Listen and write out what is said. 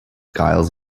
giles